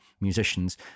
musicians